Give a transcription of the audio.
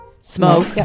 Smoke